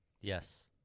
Yes